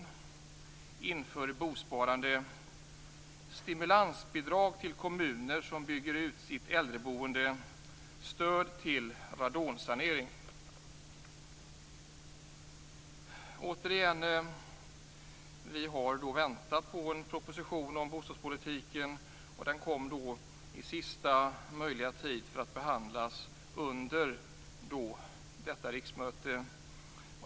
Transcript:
Vi har väntat på en proposition om bostadspolitiken, och den kom i sista stund för att kunna behandlas under detta riksmöte.